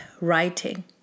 writing